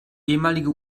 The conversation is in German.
ehemalige